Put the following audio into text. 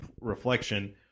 reflection